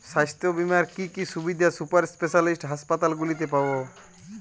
স্বাস্থ্য বীমার কি কি সুবিধে সুপার স্পেশালিটি হাসপাতালগুলিতে পাব?